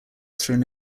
through